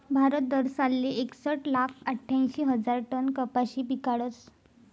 भारत दरसालले एकसट लाख आठ्यांशी हजार टन कपाशी पिकाडस